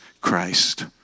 Christ